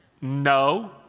No